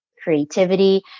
Creativity